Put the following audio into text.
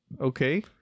Okay